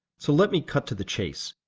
so let me cut to the chase.